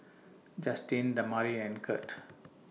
Justyn Damari and Kirt